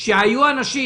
שהיו אנשים,